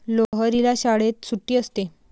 लोहरीला शाळेत सुट्टी असते